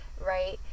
right